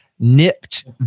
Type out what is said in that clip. nipped